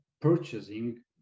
purchasing